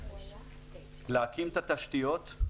להקים את התשתיות,